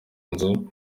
inzu